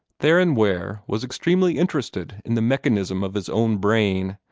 theron ware was extremely interested in the mechanism of his own brain,